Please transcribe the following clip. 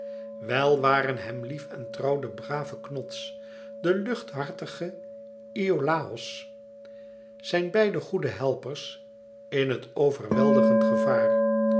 wel waren hem lief en trouw de brave knots de luchthartige iolàos zijn beide goede helpers in het overweldigend gevaar